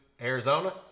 Arizona